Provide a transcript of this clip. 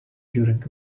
during